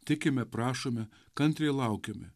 tikime prašome kantriai laukiame